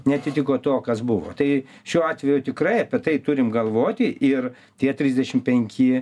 neatitiko to kas buvo tai šiuo atveju tikrai apie tai turim galvoti ir tie trisdešim penki